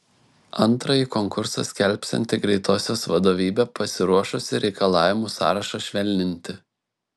antrąjį konkursą skelbsianti greitosios vadovybė pasiruošusi reikalavimų sąrašą švelninti